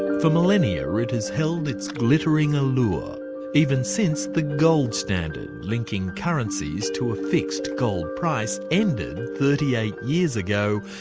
for millennia it has held its glittering allure even since the gold standard, linking currencies to a fixed gold price, ended thirty eight years ago,